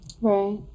Right